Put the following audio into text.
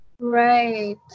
Right